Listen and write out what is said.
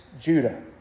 Judah